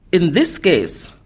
in this case,